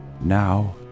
Now